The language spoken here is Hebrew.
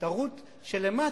התערות שלמטה,